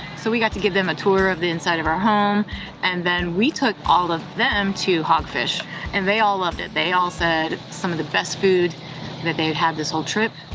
so, we got to give them a tour of the inside of our home and then we took all of them to hogfish and they all loved it. they all said, some of the best food that they had had this whole trip.